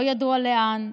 לא ידוע לאן,